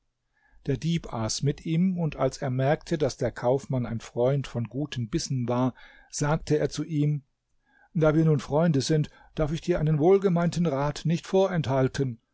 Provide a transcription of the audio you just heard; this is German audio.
der dieb aß mit ihm und als er merkte daß der kaufmann ein freund von guten bissen war sagte er zu ihm da wir nun freunde sind darf ich dir einen wohlgemeinten rat nicht vorenthalten